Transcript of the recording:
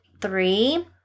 three